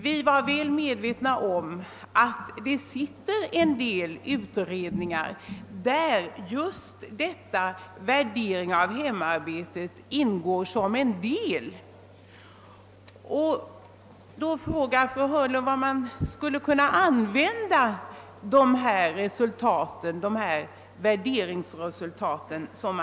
Vi var väl medvetna om att det sitter flera utredningar, i vilka just denna värdering av hemarbetet ingår som en del. Fru Hörnlund frågar till vad man skulle kunna använda deras värderingsresultat.